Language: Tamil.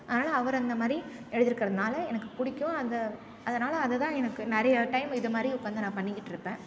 ஆனால் அவர் அந்தமாதிரி எழுதியிருக்கறதுனால எனக்கு பிடிக்கும் அந்த அதனால் அதை தான் எனக்கு நிறைய டைம் இதை மாதிரி உக்காந்து நான் பண்ணிக்கிட்டிருப்பேன்